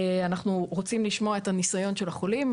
אנחנו רוצים לשמוע את הניסיון של החולים,